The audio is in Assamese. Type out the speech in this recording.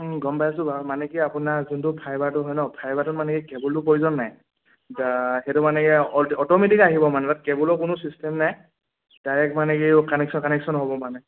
গম পাইছো বাৰু মানে কি আপোনাৰ যোনটো ফাইবাৰটো হয় ন ফাইবাৰটো মানে কি কেবুলটো প্ৰয়োজন নাই এতিয়া সেইটো মানে অট'মেটিক আহিব মানে তাত কেবুলৰ কোনো ছিষ্টেম নাই ডাইৰেক্ট মানে কি কানেকশ্যন কানেকশ্যন হ'ব মানে